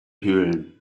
höhlen